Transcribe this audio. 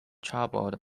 troubled